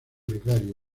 gregario